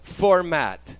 format